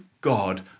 God